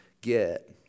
get